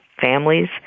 families